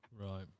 Right